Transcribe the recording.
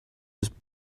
his